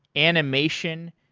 animation,